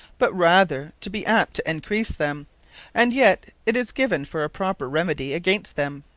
but rather to be apt to encrease them and yet it is given for a proper remedy against them.